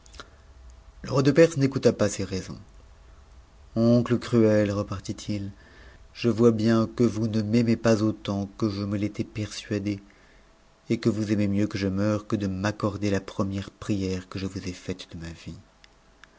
le roi de perse n'écouta pas ces raisons oncle crue repartit il je vois bien que vous ne m'aimez pas autant que je me l'étais persuadé et que vous aimez mieux que je mcut'c que de m'accorder la première prière que je vous ai faite de ma vie